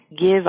give